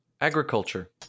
Agriculture